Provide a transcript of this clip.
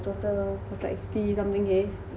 cause like fifty something K